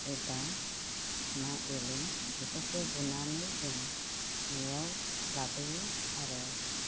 एबा ना एलें बेफोरखो गुरनानै जों न'आव लाबोयो आरो